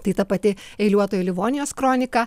tai ta pati eiliuotoji livonijos kronika